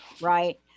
right